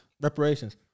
Reparations